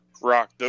rock